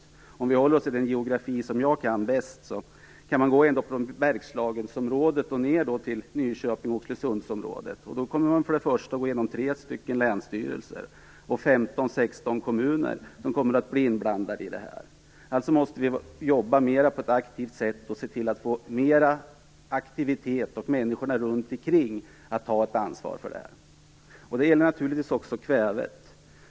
Låt mig här peka på de geografiska områden som jag känner bäst till, med början i Bergslagen och sedan ned mot Nyköping-Oxelösunds-området. Då kommer för det första tre länsstyrelser och femton, sexton kommuner att bli inblandade i detta. Alltså måste vi jobba på ett mer aktivt sätt, se till att få mer aktivitet och få människorna runt ikring att ta ett ansvar. Det gäller naturligtvis också kvävet.